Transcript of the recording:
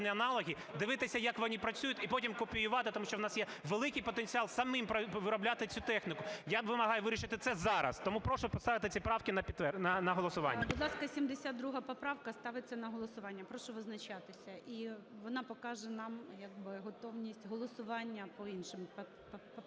аналоги, дивитися як вони працюють і потім копіювати, тому що у нас є великий потенціал самим виробляти цю техніку. Я вимагаю вирішити це зараз, тому прошу поставити ці правки на голосування. ГОЛОВУЮЧИЙ. Будь ласка, 72 поправка ставиться на голосування. Прошу визначатися. І вона покаже нам як би готовність голосування по іншим поправкам